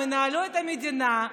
הם ינהלו את המדינה,